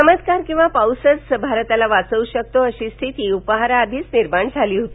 चमत्कार किंवा पाऊसच भारताला वाचवू शकतो वशी स्थिती उपाहाराआधीच निर्माण झाली होती